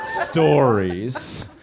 stories